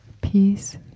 Peace